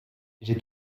j’ai